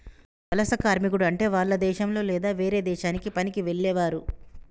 వలస కార్మికుడు అంటే వాల్ల దేశంలొ లేదా వేరే దేశానికి పనికి వెళ్లేవారు